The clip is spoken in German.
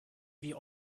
wie